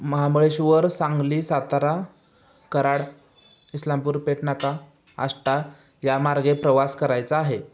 महाबळेश्वर सांगली सातारा कराड इस्लामपूर पेटनाका आष्टा या मार्गे प्रवास करायचा आहे